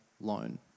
loan